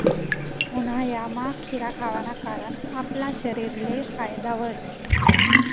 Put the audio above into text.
उन्हायामा खीरा खावाना कारण आपला शरीरले फायदा व्हस